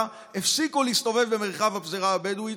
הפסיקו להסתובב במרחב הפזורה הבדואית?